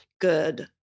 good